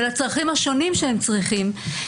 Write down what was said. ולצרכים השונים שהם צריכים,